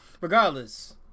Regardless